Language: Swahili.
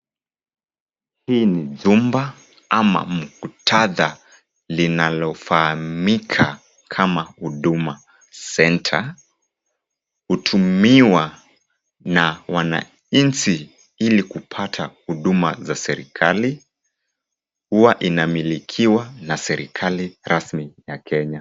Hii ni jumba ama muktadha linalofahamika kama Huduma Centre. Hutumiwa na wananchi ili kupata huduma za serikali, huwa linamilikiwa na serikali rasmi ya Kenya.